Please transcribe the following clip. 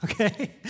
Okay